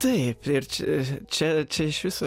taip ir čia čia čia iš viso